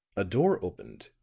a door opened,